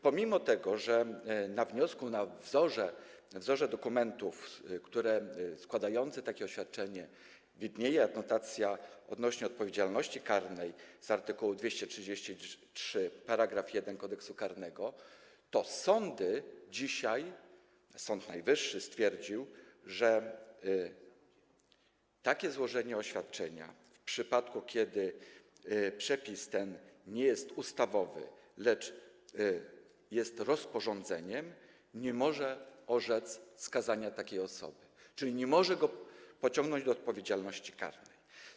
Pomimo że na wniosku, na wzorze dokumentu, który składający takie oświadczenie... widnieje adnotacja odnośnie do odpowiedzialności karnej z art. 233 § 1 Kodeksu karnego, dzisiaj Sąd Najwyższy stwierdził, że z powodu złożenia takiego oświadczenia, w przypadku gdy przepis ten nie jest ustawowy, lecz jest w rozporządzeniu, nie może orzec skazania takiej osoby, czyli nie może jej pociągnąć do odpowiedzialności karnej.